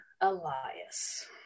Elias